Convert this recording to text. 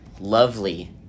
lovely